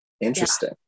interesting